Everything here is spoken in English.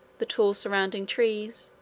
the tall surrounding trees,